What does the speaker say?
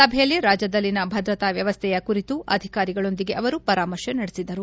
ಸಭೆಯಲ್ಲಿ ರಾಜ್ಯದಲ್ಲಿನ ಭದ್ರತಾ ವ್ಯವಸ್ಥೆಯ ಕುರಿತು ಅಧಿಕಾರಿಗಳೊಂದಿಗೆ ಅವರು ಪರಾಮರ್ಶೆ ನಡೆಸಿದರು